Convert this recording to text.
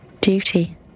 Duty